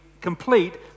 complete